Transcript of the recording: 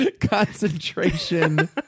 Concentration